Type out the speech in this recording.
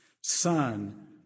son